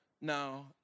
Now